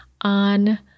on